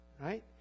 Right